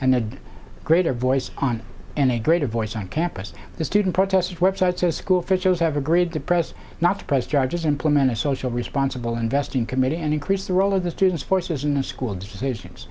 and a greater voice on and a greater voice on campus the student protest website says school officials have agreed to press not to press charges implement a social responsible investing committee and increase the role of the students forces in the school decisions